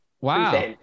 Wow